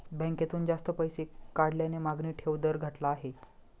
बँकेतून जास्त पैसे काढल्याने मागणी ठेव दर घटला आहे